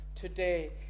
today